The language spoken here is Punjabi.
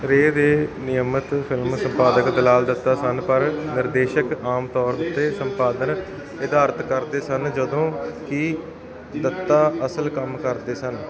ਰੇਅ ਦੇ ਨਿਯਮਤ ਫਿਲਮ ਸੰਪਾਦਕ ਦੁਲਾਲ ਦੱਤਾ ਸਨ ਪਰ ਨਿਰਦੇਸ਼ਕ ਆਮ ਤੌਰ ਉੱਤੇ ਸੰਪਾਦਕ ਨਿਰਧਾਰਤ ਕਰਦੇ ਸਨ ਜਦੋਂ ਕਿ ਦੱਤਾ ਅਸਲ ਕੰਮ ਕਰਦੇ ਸਨ